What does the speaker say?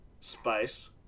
space